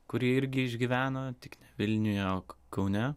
kuri irgi išgyveno tik ne vilniuje jog kaune